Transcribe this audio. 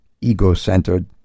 ego-centered